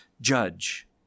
judge